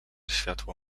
światło